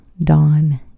dawn